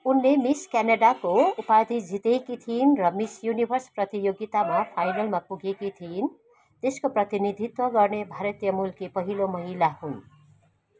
उनले मिस क्यानाडाको उपाधि जितेकी थिइन् र मिस युनिभर्स प्रतियोगितामा फाइनलमा पुगेकी थिइन् देशको प्रतिनिधित्व गर्ने भारतीय मूलकी पहिलो महिला हुन्